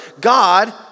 God